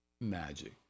magic